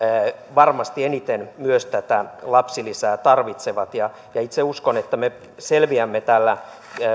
varmasti eniten myös tätä lapsilisää tarvitsevat itse uskon että me selviämme tämän